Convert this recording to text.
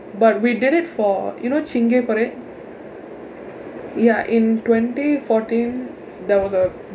but we did it for you know chingay parade ya in twenty fourteen there was a